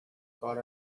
got